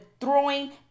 throwing